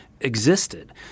existed